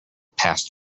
passed